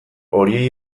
horiei